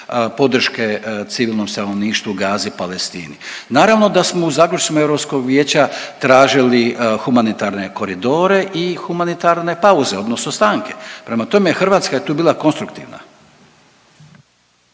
podrške civilnom stanovništvu Gaze i Palestini. Naravno da smo u zaključcima Europskog vijeća tražili humanitarne koridore i humanitarne pauze odnosno stanke. Prema tome, Hrvatska je tu bila konstruktivna.